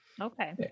Okay